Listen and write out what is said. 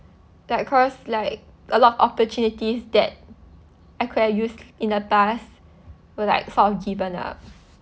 like cause like a lot of opportunities that I could've used in the past were like sort of given up